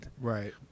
Right